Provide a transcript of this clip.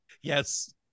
Yes